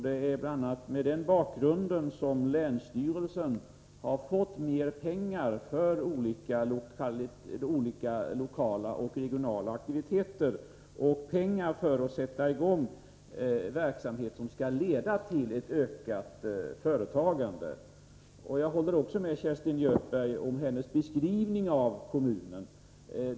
Det är bl.a. mot den bakgrunden som länsstyrelsen har fått mer pengar för olika lokala och regionala aktiviteter, pengar för att sätta i gång verksamhet som skall leda till ökat företagande. Jag håller också med Kerstin Göthberg i hennes beskrivning av kommunen.